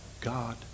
God